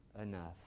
enough